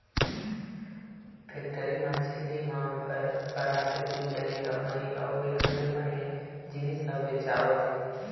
factory म झिल्ली म भराके दूद, दही, मही अउ एखर ले बने जिनिस ह बेचावत हे